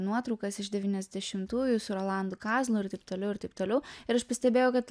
nuotraukas iš devyniasdešimtųjų su rolandu kazlu ir taip toliau ir taip toliau ir aš pastebėjau kad